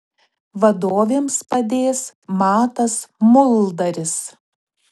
vadovėms padės matas muldaris